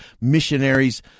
missionaries